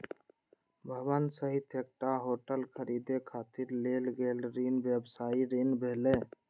भवन सहित एकटा होटल खरीदै खातिर लेल गेल ऋण व्यवसायी ऋण भेलै